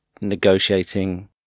negotiating